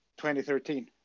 2013